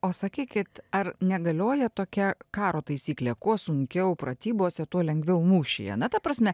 o sakykit ar negalioja tokia karo taisyklė kuo sunkiau pratybose tuo lengviau mūšyje na ta prasme